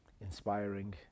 inspiring